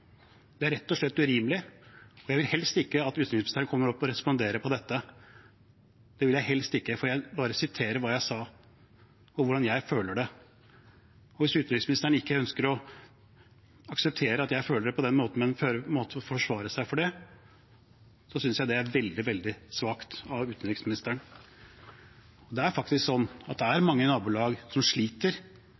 Det er rett og slett urimelig. Jeg vil helst ikke at utenriksministeren kommer opp og responderer på dette. Det vil jeg helst ikke. Jeg vil bare sitere hva jeg sa, og si hvordan jeg føler det. Hvis utenriksministeren ikke ønsker å akseptere at jeg føler det på den måten, og føler at hun må forsvare seg, synes jeg det er veldig, veldig svakt av utenriksministeren. Det er faktisk slik at det er mange nabolag som sliter